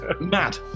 mad